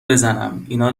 بزنماینا